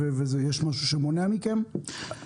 יש משהו שמונע מכם לעשות זאת?